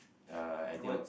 uh I think I